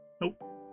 Nope